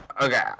okay